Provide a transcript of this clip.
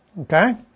Okay